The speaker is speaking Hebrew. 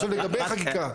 עכשיו לגבי החקיקה.